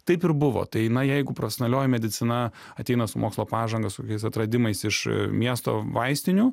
taip ir buvo tai na jeigu profesonalioji medicina ateina su mokslo pažanga su kokiais atradimais iš miesto vaistinių